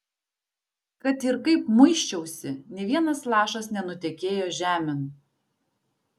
kad ir kaip muisčiausi nė vienas lašas nenutekėjo žemėn